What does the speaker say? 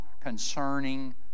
concerning